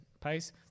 pace